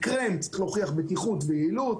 קרם צריך להוכיח בטיחות ויעילות.